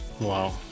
Wow